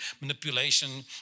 manipulation